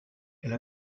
elle